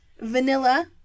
Vanilla